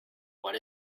what